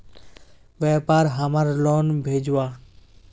व्यापार हमार लोन भेजुआ?